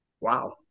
wow